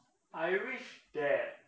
I wish that